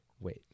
wait